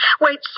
Wait